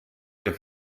que